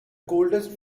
coldest